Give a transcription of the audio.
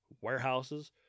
warehouses